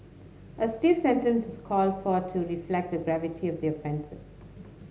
a stiff sentence's called for to reflect the gravity of the offences